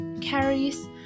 carries